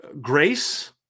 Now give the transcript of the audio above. grace